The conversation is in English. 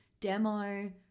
demo